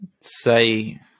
say